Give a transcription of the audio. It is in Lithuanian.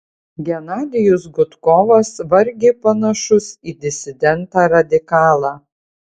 genadijus gudkovas vargiai panašus į disidentą radikalą